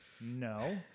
no